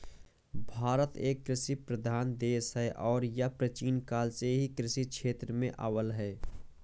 भारत एक कृषि प्रधान देश है और यह प्राचीन काल से ही कृषि क्षेत्र में अव्वल है